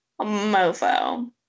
mofo